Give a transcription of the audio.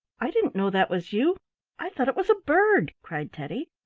i didn't know that was you i thought it was a bird, cried teddy.